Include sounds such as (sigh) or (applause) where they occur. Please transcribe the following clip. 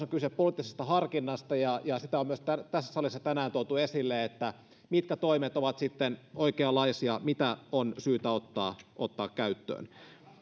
(unintelligible) on kyse poliittisesta harkinnasta ja ja sitä on myös tässä salissa tänään tuotu esille että mitkä toimet ovat sitten oikeanlaisia mitä on syytä ottaa ottaa käyttöön